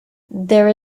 there